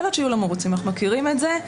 יכול להיות שיהיו לא מרוצים, אנחנו מכירים את זה.